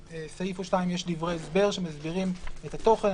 סעיף או שניים יש דברי הסבר, שמסבירים את התוכן.